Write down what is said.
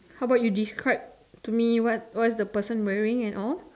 how about you describe to me what what is the person wearing and all